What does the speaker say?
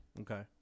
Okay